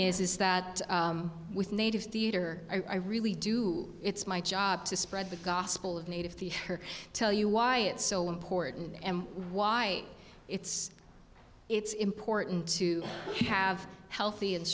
is that with native theater i really do it's my job to spread the gospel of native her tell you why it's so important and why it's it's important to have healthy and